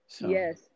Yes